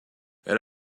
elle